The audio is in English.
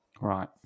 Right